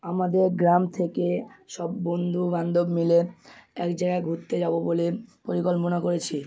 আমাদের গ্রাম থেকে সব বন্ধুবান্ধব মিলে এক জায়গায় ঘুরতে যাব বলে পরিকল্পনা করেছি